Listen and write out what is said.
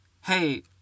hey